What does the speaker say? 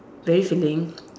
very filling